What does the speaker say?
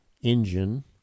engine